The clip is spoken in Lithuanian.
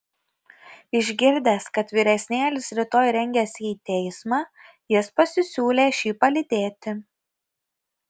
išgirdęs kad vyresnėlis rytoj rengiasi į teismą jis pasisiūlė šį palydėti